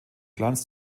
glanz